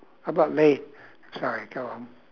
how about la~ sorry go on